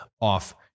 off